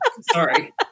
Sorry